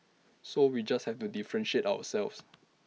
so we just have to differentiate ourselves